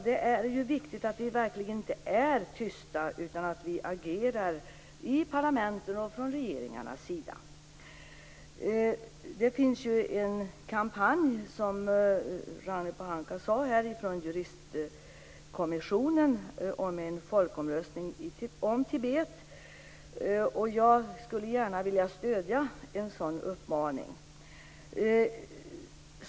Det är viktigt att vi verkligen inte är tysta utan att vi agerar i parlamenten och från regeringarnas sida. Det finns en kampanj, som Ragnhild Pohanka nämnde här, från Internationella juristkommissionen om en folkomröstning i Tibet. Jag skulle gärna vilja stödja en sådan uppmaning.